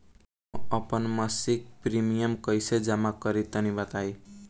हम आपन मसिक प्रिमियम कइसे जमा करि तनि बताईं?